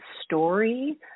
story